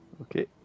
Okay